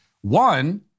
One